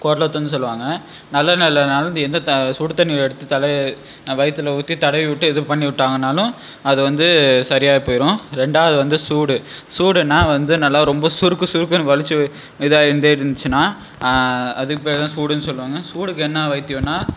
குடலேத்தம்னு சொல்லுவாங்க நல்லெண்ணய் இல்லைனாலும் இந்த இந்த த சுடு தண்ணியை எடுத்து தட வயிற்றுல ஊற்றி தடவி விட்டு இது பண்ணி விட்டாங்கனாலும் அது வந்து சரியாக போயிரும் ரெண்டாவது வந்து சூடு சூடுன்னா வந்து நல்லா ரொம்ப சுருக்கு சுருக்குன்னு வலித்து இதாயிட்டே இருந்துச்சுன்னா அதுக்கு பேர் தான் சூடுன்னு சொல்லுவாங்க சூடுக்கு என்ன வைத்தியன்னா